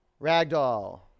Ragdoll